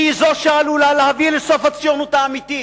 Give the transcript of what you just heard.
היא זו שעלולה להביא לסוף הציונות האמיתית,